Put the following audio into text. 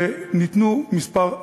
וניתנו כמה הנחיות: